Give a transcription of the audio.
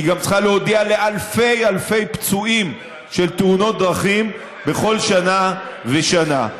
היא גם צריכה להודיע לאלפי אלפי פצועים של תאונות דרכים בכל שנה ושנה.